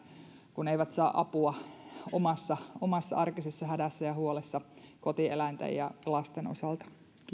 kun eivät saa apua omassa omassa arkisessa hädässään ja huolessaan kotieläinten ja lasten osalta